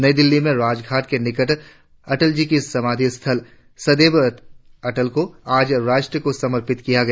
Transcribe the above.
नई दिल्ली में राजघाट के निकट अटल जी की समाधि स्थल सदैव अटल को आज राष्ट्र को समर्पित किया गया